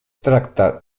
tracta